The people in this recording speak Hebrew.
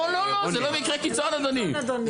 זה לא מקרה קיצון, אדוני.